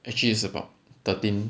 actually it's about thirteen